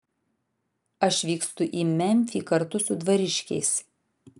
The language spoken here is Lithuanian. aš vykstu į memfį kartu su dvariškiais